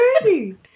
crazy